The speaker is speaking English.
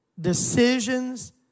decisions